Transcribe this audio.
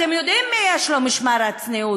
אתם יודעים מי יש לו משמר הצניעות.